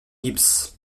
gibbs